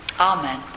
Amen